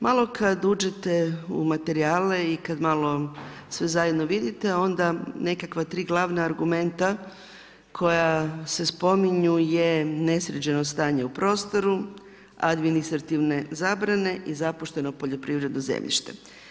Malo kad uđete u materijale i kad malo sve zajedno vidite, onda nekakva 3 glavna argumenta, koja se spominju je nesređeno stanje u prostoru, administrativne zabrane i zapušteno poljoprivredno zemljište.